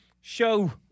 show